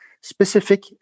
specific